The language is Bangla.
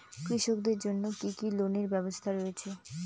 কৃষকদের জন্য কি কি লোনের ব্যবস্থা রয়েছে?